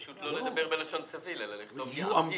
פשוט לא לדבר בלשון סביל, אלא לכתוב "יעביר".